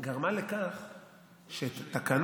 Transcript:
גרמה לכך שתקנות,